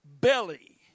belly